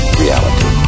reality